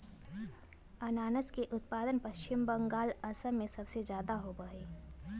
अनानस के उत्पादन पश्चिम बंगाल, असम में सबसे ज्यादा होबा हई